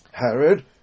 Herod